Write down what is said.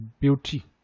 beauty